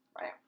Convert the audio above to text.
Right